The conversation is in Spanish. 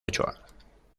ochoa